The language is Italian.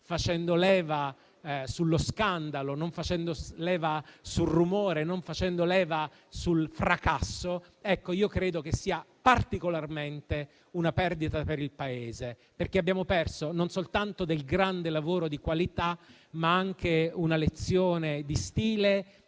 facendo leva sullo scandalo, sul rumore e sul fracasso, io credo che sia stato un duro colpo per il Paese, perché abbiamo perso non soltanto un grande lavoro di qualità, ma anche una lezione di stile